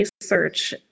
research